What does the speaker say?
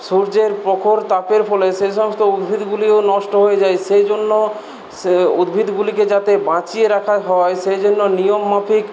সূর্যের প্রখর তাপের ফলে সেই সমস্ত উদ্ভিদগুলিও নষ্ট হয়ে যায় সেই জন্য সে উদ্ভিদগুলিকে যাতে বাঁচিয়ে রাখা হয় সেই জন্য নিয়মমাফিক